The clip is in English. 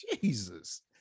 Jesus